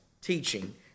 teaching